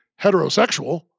heterosexual